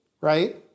right